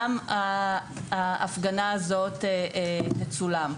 גם ההפגנה הזאת תצולם.